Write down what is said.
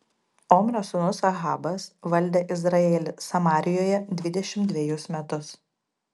omrio sūnus ahabas valdė izraelį samarijoje dvidešimt dvejus metus